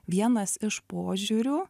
vienas iš požiūrių